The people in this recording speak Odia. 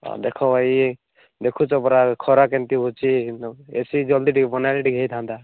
ଦେଖ ଭାଇ ଦେଖୁଛ ପରା ଖରା କେମିତି ହେଉଛି ଏ ସି ଜଲ୍ଦି ଟିକେ ବନାଇଲେ ଟିକେ ହେଇଥାନ୍ତା